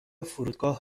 فرودگاه